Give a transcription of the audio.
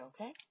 okay